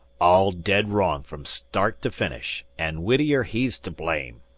all dead wrong from start to finish, an' whittier he's to blame.